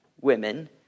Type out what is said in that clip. women